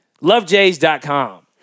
LoveJays.com